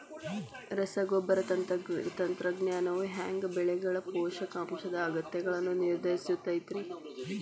ರಸಗೊಬ್ಬರ ತಂತ್ರಜ್ಞಾನವು ಹ್ಯಾಂಗ ಬೆಳೆಗಳ ಪೋಷಕಾಂಶದ ಅಗತ್ಯಗಳನ್ನ ನಿರ್ಧರಿಸುತೈತ್ರಿ?